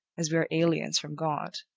as we are aliens from god.